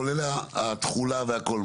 כולל התכולה והכל,